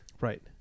Right